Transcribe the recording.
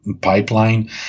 pipeline